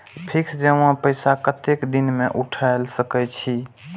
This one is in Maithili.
फिक्स जमा पैसा कतेक दिन में उठाई सके छी?